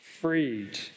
freed